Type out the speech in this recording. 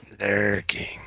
Lurking